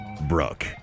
brooke